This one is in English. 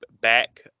back